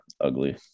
ugly